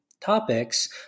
topics